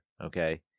Okay